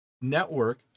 network